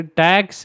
tax